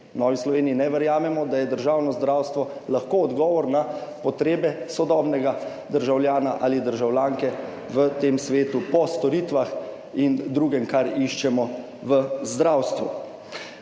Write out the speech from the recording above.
Novi Sloveniji ne verjamemo, da je državno zdravstvo lahko odgovor na potrebe sodobnega državljana ali državljanke v tem svetu po storitvah in drugem, kar iščemo v zdravstvu.